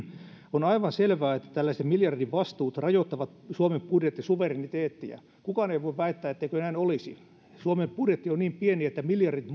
on aivan selvää että tällaiset miljardivastuut rajoittavat suomen budjettisuvereniteettia kukaan ei voi väittää etteikö näin olisi suomen budjetti on niin pieni että miljardit